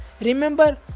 remember